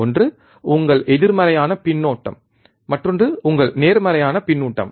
ஒன்று உங்கள் எதிர்மறையான பின்னூட்டம் மற்றொன்று உங்கள் நேர்மறையான பின்னூட்டம்